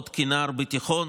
עוד כנער בתיכון,